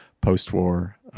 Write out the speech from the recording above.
post-war